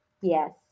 Yes